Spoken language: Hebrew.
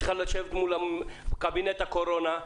את צריכה לשבת מול קבינט הקורונה,